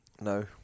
No